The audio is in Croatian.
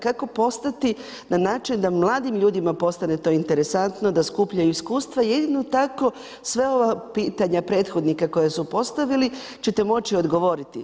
Kako postati, na način da mladim ljudima postane to interesantno, da skupljaju iskustva, jedino tako, sva ova pitanja prethodnika koja su postavili ćete moći odgovoriti.